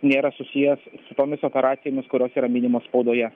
nėra susijęs su tomis operacijomis kurios yra minimos spaudoje